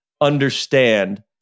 understand